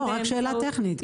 זאת רק שאלה טכנית.